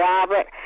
Robert